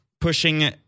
pushing